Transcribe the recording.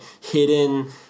hidden